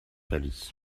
pâli